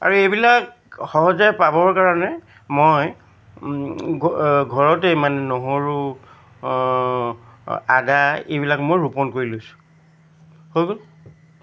আৰু এইবিলাক সহজে পাবৰ কাৰণে মই ঘৰতেই মানে নহৰু আদা এইবিলাক মই ৰোপণ কৰি লৈছোঁ হৈ গ'ল